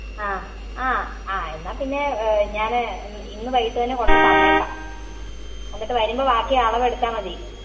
ആ ആ അ എന്നാൽ പിന്നെ ഞാൻ ഇന്ന് വൈകിട്ട് തന്നെ കൊണ്ടു തന്നേക്കാം എന്നിട്ട് വരുമ്പോൾ ബാക്കി അളവ് എടുത്താൽ മതി